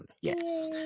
Yes